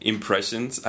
Impressions